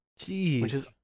Jeez